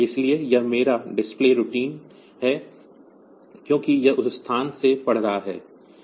इसलिए यह मेरा डिस्प्ले रूटीन है क्योंकि यह उस स्थान से पढ़ रहा है